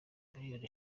miliyoni